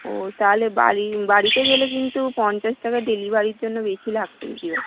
ও তাহলে বাড়ির বাড়িতে গেলে কিন্তু পঞ্চাশ টাকা ডেলিভারির জন্য বেশি লাগবে দিদিভাই